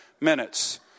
minutes